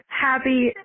happy